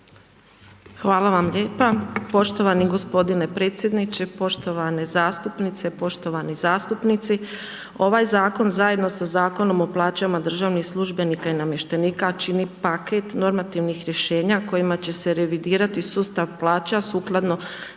Hvala vam lijepa, poštovani gospodine predsjedniče, poštovane zastupnice, poštovani zastupnici. Ovaj zakon zajedno sa Zakonom o plaćama državnih službenika i namještenika čini paket normativnih rješenja kojima će se revidirati sustav plaća sukladno